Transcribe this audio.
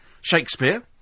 Shakespeare